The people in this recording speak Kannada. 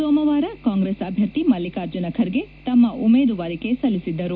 ಸೋಮವಾರ ಕಾಂಗ್ರೆಸ್ ಅಭ್ವರ್ಥಿ ಮಲ್ಲಿಕಾರ್ಜುನ ಖರ್ಗೆ ತಮ್ಮ ಉಮೇದುವಾರಿಕೆ ಸಲ್ಲಿಸಿದ್ದರು